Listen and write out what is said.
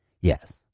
Yes